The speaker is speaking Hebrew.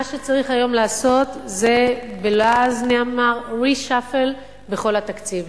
מה שצריך היום לעשות נקרא בלעז reshuffle בכל התקציב,